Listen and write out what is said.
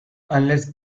unless